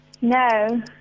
No